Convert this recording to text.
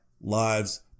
lives